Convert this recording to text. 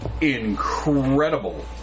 incredible